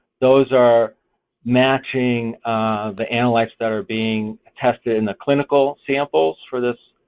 those are matching the analyte that are being tested in the clinical samples for this